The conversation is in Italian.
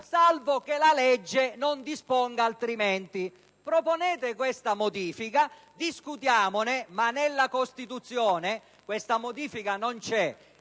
salvo che la legge non disponga altrimenti. Proponete questa modifica, discutiamone, ma in ogni caso nella Costituzione questa modifica non è